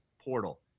portal